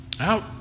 Out